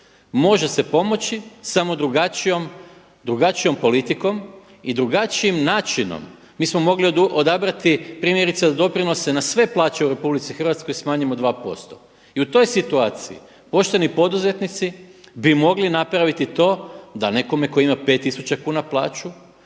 Može se pomoći samo drugačijom politikom i drugačijim načinom. Mi smo mogli odabrati primjerice doprinose na sve plaće u RH smanjimo 2% i u toj situaciji pošteni poduzetnici bi mogli napraviti to da nekome tko ima pet tisuća kuna plaću